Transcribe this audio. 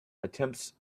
attempts